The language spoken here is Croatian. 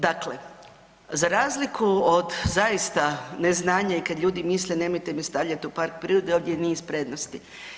Dakle, za razliku od zaista neznanja i kad ljudi misle nemojte me stavljat u park prirode ovdje je niz prednosti.